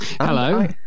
Hello